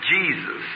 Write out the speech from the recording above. Jesus